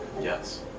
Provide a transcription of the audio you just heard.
Yes